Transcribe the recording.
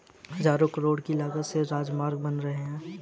हज़ारों करोड़ की लागत से राजमार्ग बन रहे हैं